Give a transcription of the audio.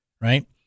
right